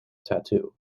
tattoo